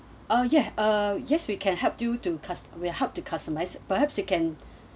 ah ya uh yes we can help due to cost will help to customize perhaps you can